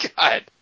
God